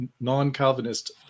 non-Calvinist